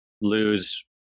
lose